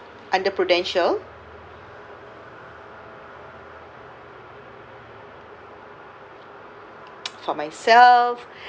under prudential for myself